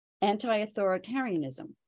Anti-authoritarianism